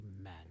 Amen